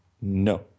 no